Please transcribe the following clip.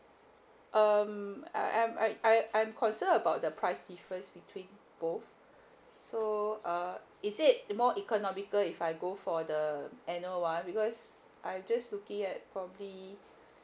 um I I'm I I I'm concern about the price difference between both so uh is it more economical if I go for the annual one because I'm just looking at probably